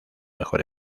mejor